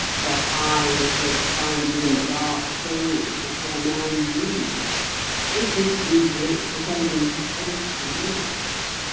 the hive was founded in dark days before man knew it has been built according to false laws.